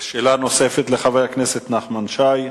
שאלה נוספת לחבר הכנסת נחמן שי.